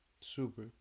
Super